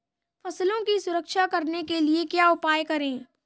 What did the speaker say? फसलों की सुरक्षा करने के लिए क्या उपाय करें?